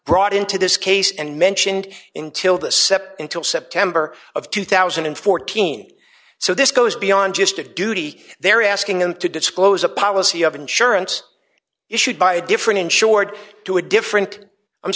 brought into this case and mentioned in till the sept until september of two thousand and fourteen so this goes beyond just a duty they're asking him to disclose a policy of insurance issued by a different insured to a different i'm